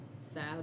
Sad